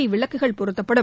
மின் விளக்குகள் பொருத்தப்படும்